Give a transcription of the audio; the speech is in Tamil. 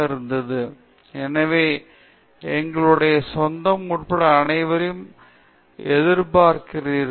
பேராசிரியர் பிரதாப் ஹரிதாஸ் எனவே உங்களுடைய சொந்தம் உட்பட அனைவரையும் எதிர்பார்க்கிறீர்கள்